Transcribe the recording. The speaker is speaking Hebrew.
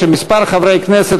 כמה חברי כנסת,